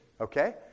okay